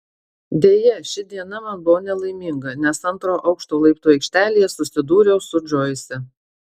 deja ši diena man buvo nelaiminga nes antro aukšto laiptų aikštelėje susidūriau su džoise